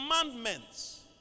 commandments